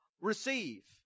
receive